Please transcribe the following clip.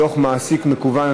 דוח מעסיק מקוון),